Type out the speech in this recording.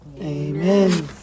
Amen